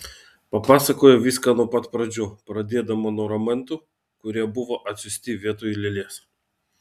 papasakojo viską nuo pat pradžių pradėdama nuo ramentų kurie buvo atsiųsti vietoj lėlės